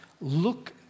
look